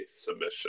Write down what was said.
submission